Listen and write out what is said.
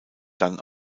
dann